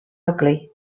ugly